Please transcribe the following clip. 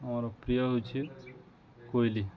ମୋର ପ୍ରିୟ ହେଉଛି କୋଇଲି